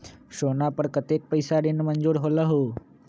सोना पर कतेक पैसा ऋण मंजूर होलहु?